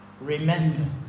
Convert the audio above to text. Remember